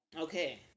okay